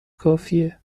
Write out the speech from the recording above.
کافیه